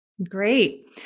Great